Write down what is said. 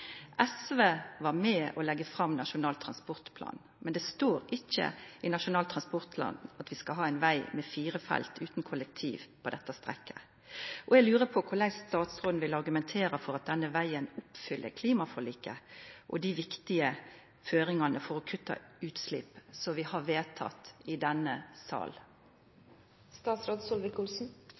SV var med på å leggja fram Nasjonal transportplan, men det står ikkje i Nasjonal transportplan at vi skal ha ein veg med fire felt og utan kollektivfelt på dette strekket. Eg lurer på korleis statsråden vil argumentera for at vi på denne vegen oppfyller klimaforliket, med dei viktige føringane for å kutta utslipp som vi har vedteke i denne